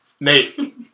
Nate